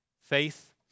Faith